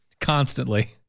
constantly